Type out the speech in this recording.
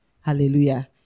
Hallelujah